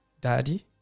daddy